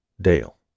Dale